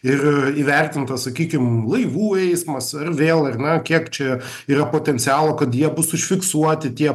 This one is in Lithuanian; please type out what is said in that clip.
ir įvertinta sakykim laivų eismas ar vėl ar ne kiek čia yra potencialo kad jie bus užfiksuoti tie